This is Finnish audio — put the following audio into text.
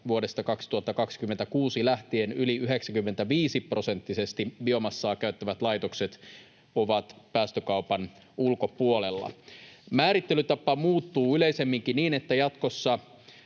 vuodesta 2026 lähtien yli 95-prosenttisesti biomassaa käyttävät laitokset ovat päästökaupan ulkopuolella. Määrittelytapa muuttuu yleisemminkin niin, että jatkossa